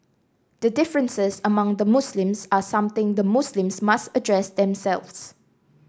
the differences among the Muslims are something the Muslims must address themselves